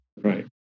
Right